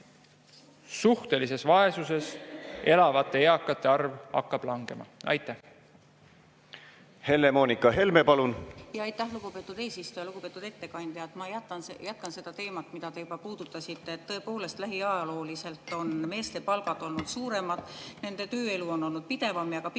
suhtelises vaesuses elavate eakate arv hakkab langema. Helle-Moonika Helme, palun! Helle-Moonika Helme, palun! Aitäh, lugupeetud eesistuja! Lugupeetud ettekandja! Ma jätkan seda teemat, mida te juba puudutasite. Tõepoolest, lähiajalooliselt on meeste palgad olnud suuremad, nende tööelu on olnud pidevam ja pikem,